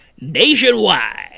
nationwide